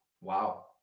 Wow